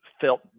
felt